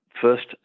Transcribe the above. First